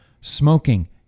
smoking